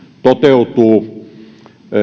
toteutuu